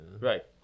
right